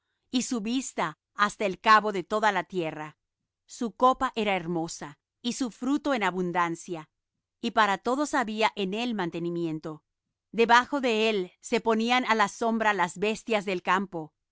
y su vista hasta el cabo de toda la tierra su copa era hermosa y su fruto en abundancia y para todos había en él mantenimiento debajo de él se ponían á la sombra las bestias del campo